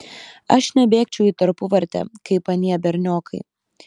aš nebėgčiau į tarpuvartę kaip anie berniokai